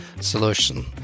solution